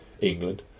England